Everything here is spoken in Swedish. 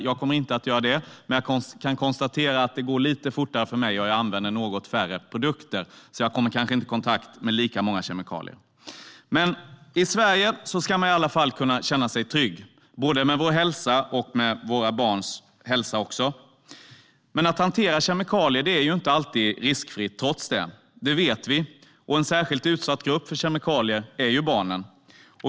Jag kommer inte att göra detsamma, men jag kan konstatera att det går lite fortare för mig och att jag använder något färre produkter, så jag kommer kanske inte i kontakt med lika många kemikalier. I Sverige ska man kunna känna sig trygg med vår egen och våra barns hälsa. Men att hantera kemikalier är trots det inte alltid riskfritt. Det vet vi, och en grupp som är särskilt utsatt för kemikalier är barnen.